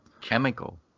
chemical